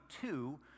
two